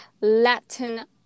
latin